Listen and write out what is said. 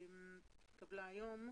היא התקבלה היום.